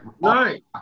Right